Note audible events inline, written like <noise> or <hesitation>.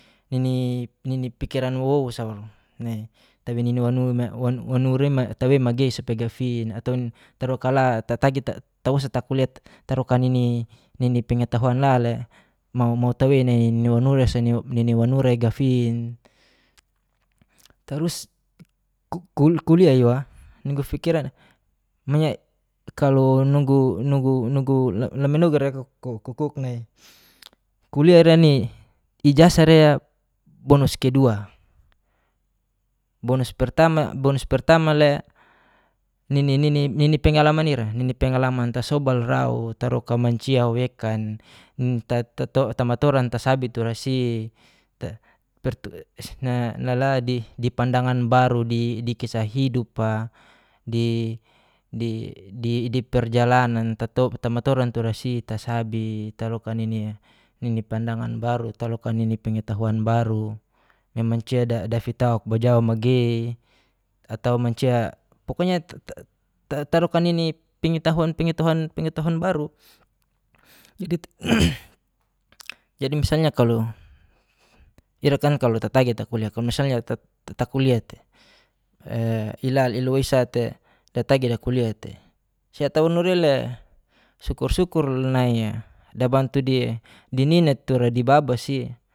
<hesitation> nini fikira waowosa walo nai, tawenina <hesitation> tawe magei atau tarokalata supaya gafin atau tarokala tatagi tausa takuliah tarokan nini pengetahuan la le, <hesitation> mau tawe nai wanura nini wanura gafin. Tarus <hesitation> kulia jua nugu fikiran <hesitation> nugu lamenuga ira kukuk nai, kulia ira'ni ijazahrea bonus kedua, bonus pertamale nini nini pengalaman ira nini pengalama tasobalrau tarokan mancia wekan tamatoran tasabi turasi <unintelligible> lala dipandangan baru di kisah hidupa <hesitation> di perjalanan tamatoran turasi tasabi tarokani'i pandangan baru tarokani'i pengetahuan baru de mancia dafitaok bajawao magei atau mancia pokoknya <hesitation> tarokani'i pengetahuan-pengatahuan baru. <hesitation> jadi misalnya kalu ira kan kalo tatagi takulia kalo misalnya <hesitation> takulia tei ilal iloisa tei datagi dakulia tei siataunuriale sukur sukur nai dabantu de nina tura de babasie